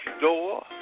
door